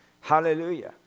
Hallelujah